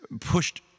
pushed